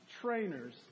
trainers